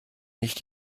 nicht